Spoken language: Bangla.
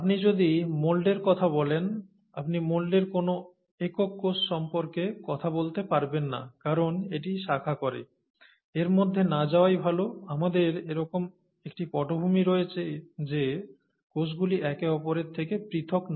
আপনি যদি মোল্ডের কথা বলেন আপনি মোল্ডের কোনও একক কোষ সম্পর্কে কথা বলতে পারবেন না কারণ এটি শাখা করে এর মধ্যে না যাওয়াই ভালো আমাদের এরকম একটি পটভূমি রয়েছে যে কোষগুলি একে অপরের থেকে পৃথক না